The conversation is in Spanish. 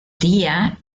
tía